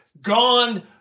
gone